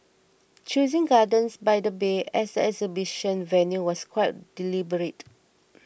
choosing Gardens by the Bay as the exhibition venue was quite deliberate